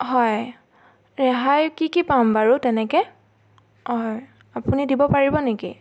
হয় ৰেহাই কি কি পাম বাৰু তেনেকৈ হয় আপুনি দিব পাৰিব নেকি